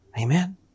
Amen